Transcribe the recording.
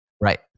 right